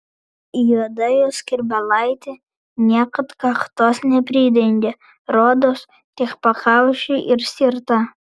juoda jo skrybėlaitė niekad kaktos nepridengia rodos tik pakaušiui ir skirta